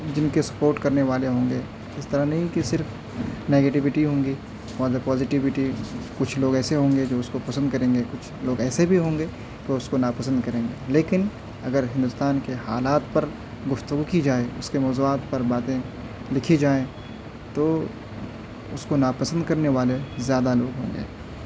جن کے سپوٹ کرنے والے ہوں گے اس طرح نہیں کہ صرف نگیٹیوٹی ہوں گی پوزیوٹی کچھ لوگ ایسے ہوں گے جو اس کو پسند کریں گے کچھ لوگ ایسے بھی ہوں گے تو اس کو ناپسند کریں گے لیکن اگر ہندوستان کے حالات پر گفتگو کی جائے اس کے موضوعات پر باتیں لکھی جائیں تو اس کو ناپسند کرنے والے زیادہ لوگ ہوں گے